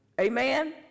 Amen